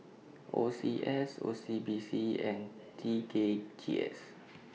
O C S O C B C and T K G S